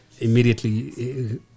immediately